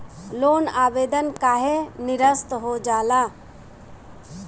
Loan आवेदन काहे नीरस्त हो जाला?